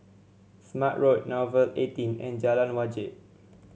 Smart Road Nouvel eighteen and Jalan Wajek